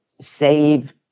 save